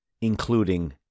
including